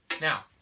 Now